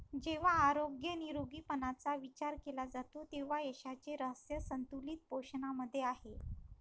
जेव्हा आरोग्य निरोगीपणाचा विचार केला जातो तेव्हा यशाचे रहस्य संतुलित पोषणामध्ये आहे